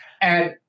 and-